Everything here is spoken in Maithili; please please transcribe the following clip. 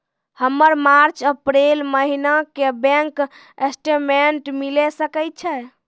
हमर मार्च अप्रैल महीना के बैंक स्टेटमेंट मिले सकय छै?